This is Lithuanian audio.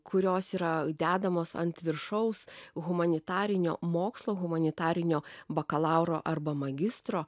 kurios yra dedamos ant viršaus humanitarinio mokslo humanitarinio bakalauro arba magistro